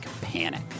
panic